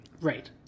Right